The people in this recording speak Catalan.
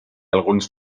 alguns